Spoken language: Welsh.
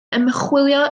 ymchwilio